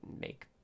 make